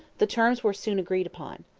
the terms were soon agreed upon.